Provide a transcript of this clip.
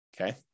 okay